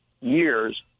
years